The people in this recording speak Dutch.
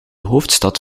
hoofdstad